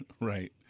Right